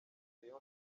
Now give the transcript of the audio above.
rayon